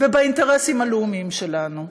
ובאינטרסים הלאומיים שלנו.